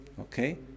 Okay